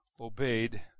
obeyed